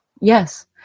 Yes